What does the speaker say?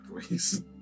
please